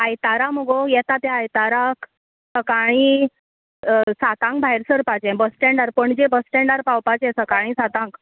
आयतारा मगो येता त्या आयताराक सकाळी सातांक भायर सरपाचें बस स्टँडार पणजे बस स्टँडार पावपाचें सकाळी सातांक